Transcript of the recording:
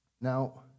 Now